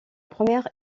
première